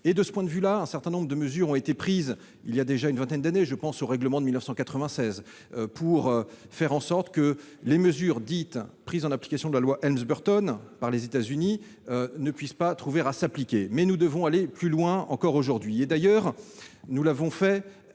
De ce point de vue, un certain nombre de mesures ont été prises il y a déjà une vingtaine d'années- je pense au règlement de 1996 -pour faire en sorte que les mesures prises en application de la loi Helms-Burton par les États-Unis ne puissent pas trouver à s'appliquer. Nous devons aller plus loin encore aujourd'hui. D'ailleurs, c'est